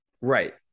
Right